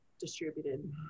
distributed